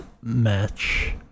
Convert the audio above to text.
match